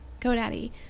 GoDaddy